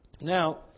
Now